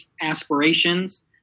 aspirations